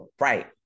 right